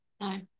no